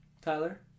Tyler